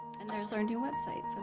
and there's our new website, so